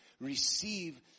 receive